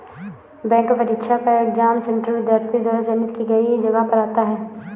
bank परीक्षा का exam centre विद्यार्थी द्वारा चयनित की गई जगह पर आता है